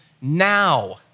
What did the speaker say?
Now